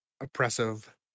oppressive